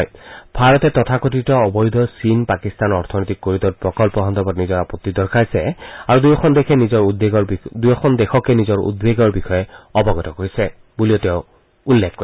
তেওঁ লগতে ভাৰতে তথাকথিত অবৈধ চীন পাকিস্তান অৰ্থনৈতিক কৰিডৰ প্ৰকল্প সন্দৰ্ভত নিজৰ আপত্তি দৰ্শহিছে আৰু দুয়োখন দেশকে নিজৰ উদ্বেগৰ বিষয়ে অৱগত কৰিছে বুলিও তেওঁ উল্লেখ কৰে